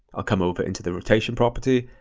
i'll come over into the rotation property,